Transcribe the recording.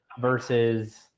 versus